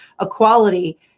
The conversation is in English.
equality